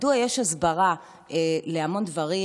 מדוע יש הסברה להמון דברים,